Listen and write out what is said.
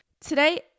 today